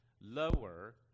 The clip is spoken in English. lower